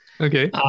Okay